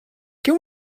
can